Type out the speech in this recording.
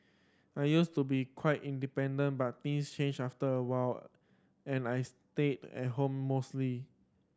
I used to be quite independent but things changed after and I stayed at home mostly